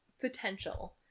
potential